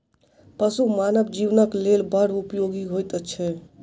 पशु मानव जीवनक लेल बड़ उपयोगी होइत छै